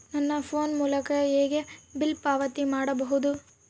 ನನ್ನ ಫೋನ್ ಮೂಲಕ ಹೇಗೆ ಬಿಲ್ ಪಾವತಿ ಮಾಡಬಹುದು?